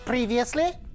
Previously